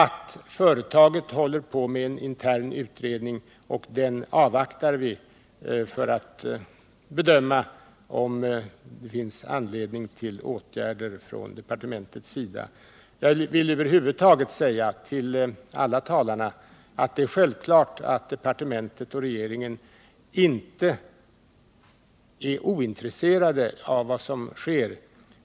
Företaget håller på med en intern utredning, och den avvaktar vi för att bedöma om det finns anledning till åtgärder från departementets sida. Jag vill till alla talarna säga att det är självklart att departementet och regeringen inte är ointresserade av vad som sker.